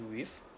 you with